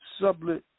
sublet